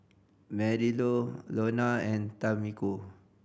Marylou Launa and Tamiko